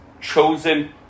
chosen